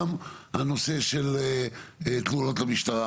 הנושא של תלונות למשטרה,